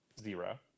zero